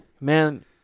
man